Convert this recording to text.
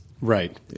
right